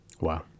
Wow